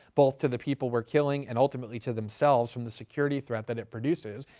both to the people we're killing and ultimately to themselves from the security threat that it produces,